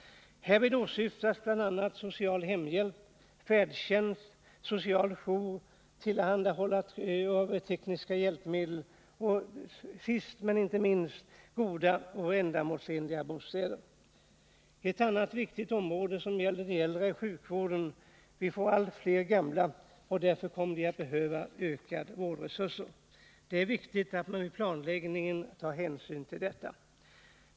Härvid åsyftas bl.a. social hemhjälp, färdtjänst, social jour, tillhandahållande av tekniska hjälpmedel och, sist men inte minst, goda och ändamålsenliga bostäder. Ett annat viktigt område som gäller de äldre är sjukvården. Vi får ju allt fler gamla, och därför kommer det att behövas ökade vårdresurser. Det är viktigt att man vid planläggningen tar hänsyn till detta.